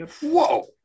whoa